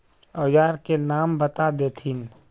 औजार के नाम बता देथिन?